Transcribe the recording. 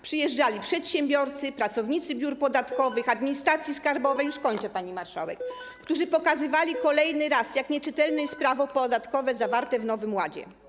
Przyjeżdżali przedsiębiorcy, pracownicy biur podatkowych, administracji skarbowej - już kończę, pani marszałek - którzy pokazywali kolejny raz, jak nieczytelne jest prawo podatkowe zawarte w Nowym Ładzie.